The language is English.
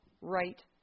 right